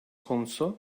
konusu